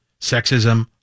sexism